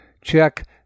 check